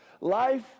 Life